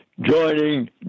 joining